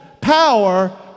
power